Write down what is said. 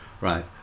right